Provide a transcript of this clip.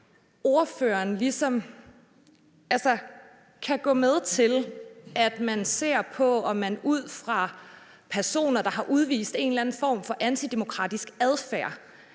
til, om ordføreren ligesom kan gå med til, at man ser på, om man kan frasortere personer, der har udvist en eller anden form for antidemokratisk adfærd,